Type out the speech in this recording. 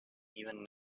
even